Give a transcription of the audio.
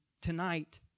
tonight